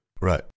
Right